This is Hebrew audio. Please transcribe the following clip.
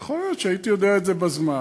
יכול להיות שאם הייתי יודע את זה בזמן,